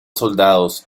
soldados